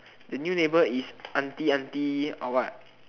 the new neighbour is auntie auntie or what